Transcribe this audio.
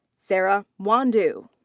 sarah mwandu.